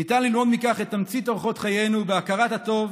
ניתן ללמוד מכך את תמצית אורחות חיינו בהכרת הטוב